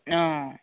অ